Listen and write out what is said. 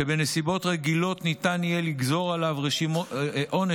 שבנסיבות רגילות ניתן יהיה לגזור עליו עונש